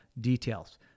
details